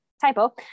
typo